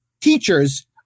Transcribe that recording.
teachers